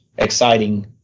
exciting